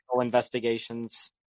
investigations